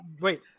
Wait